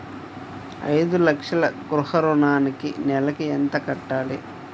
ఐదు లక్షల గృహ ఋణానికి నెలకి ఎంత కట్టాలి?